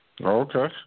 Okay